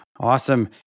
Awesome